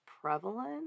prevalent